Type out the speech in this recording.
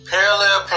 Parallel